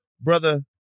Brother